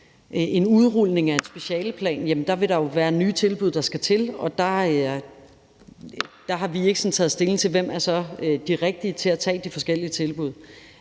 en udrulning af en specialeplan vil der være nye tilbud, der skal til, og der har vi ikke taget stilling til, hvem der så er de rigtige til at tage sig af de forskellige tilbud.